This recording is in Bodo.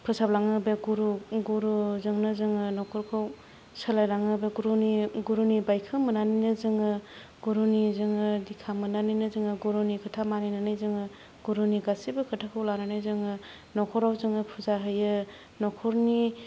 फोसाबलाङो बे गुरुजोंनो जोङो नखरखौ सोलायलाङो गुरु गुरुनि बायखोन मोननानैनो जोङो गुरुनि जोङो दिक्षा मोननानैनो जोङो गुरुनि खोथा मानिनानै जोङो गुरुनि गासैबो खोथाखौ लानानै जोङो नखराव जोङो फुजा होयो नखरनि